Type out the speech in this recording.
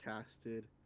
casted